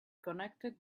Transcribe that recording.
connected